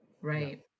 Right